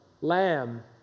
Lamb